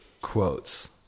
quotes